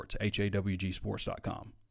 H-A-W-G-Sports.com